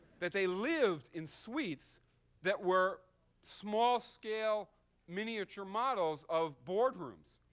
that they lived in suites that were small-scale, miniature models of boardrooms,